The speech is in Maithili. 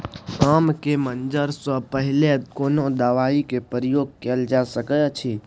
आम के मंजर से पहिले कोनो दवाई के प्रयोग कैल जा सकय अछि?